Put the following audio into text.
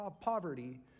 poverty